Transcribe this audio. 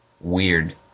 weird